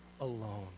alone